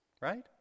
right